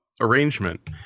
arrangement